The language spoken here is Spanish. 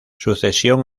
sucesión